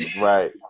Right